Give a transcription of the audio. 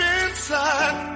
inside